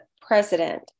president